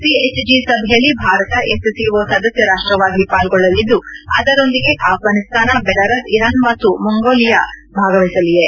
CHG ಸಭೆಯಲ್ಲಿ Bharat SCO ಸದಸ್ಯ ರಾಷ್ಟ್ರವಾಗಿ ಪಾಲ್ಗೊಳ್ಳಲಿದ್ದು ಅದರೊಂದಿಗೆ ಆಫ್ಟಾನಿಸ್ತಾನ ಬೆಲರಸ್ ಇರಾನ್ ಮತ್ತು ಮಂಗೋಲಿಯಾ ಭಾಗವಹಿಸಲಿವೆ